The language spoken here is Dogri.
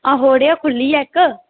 आहो अड़ेआ खुल्ली गेआ इक्क